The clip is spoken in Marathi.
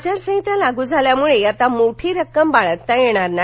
आचारसंहिता लागू झाल्यामुळे आता मोठी रक्कम बाळगता येणार नाही